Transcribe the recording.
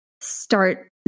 start